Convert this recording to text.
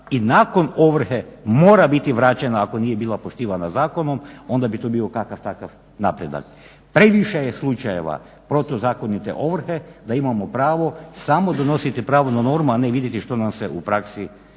i nakon ovrhe mora biti vraćena ako nije bila poštivana zakonom. Onda bi to bio kakav takav napredak. Previše je slučajeva protuzakonite ovrhe da imamo pravo samo donositi pravnu normu, a ne vidjeti što nam se u praksi događa